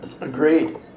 Agreed